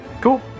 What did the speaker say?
cool